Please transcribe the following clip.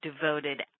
devoted